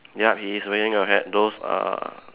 ya he is wearing a hat those err